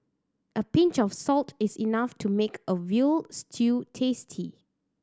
a pinch of salt is enough to make a veal stew tasty